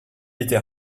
était